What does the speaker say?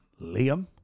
Liam